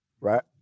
right